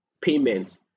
Payment